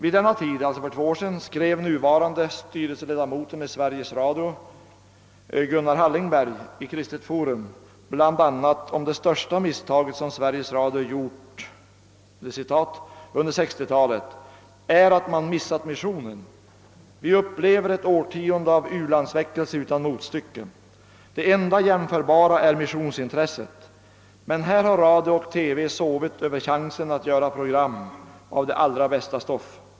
Vid denna tid, alltså för två år sedan, skrev nuvarande styrelseledamoten i Sveriges Radio, Gunnar Hallingberg, i Kristet Forum bl.a. att det största misstaget som Sveriges Radio »gjort under 60-talet är att man missat missionen. Vi upplever ett årtionde av u-landsväckelse utan motstycke. Det enda jämförbara är missionsintresset, men här har radio och TV sovit över chansen att göra program av det allra bästa stoff.